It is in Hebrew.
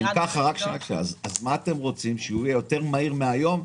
אז מה אתם רוצים, שיהיה יותר מהיר מהיום?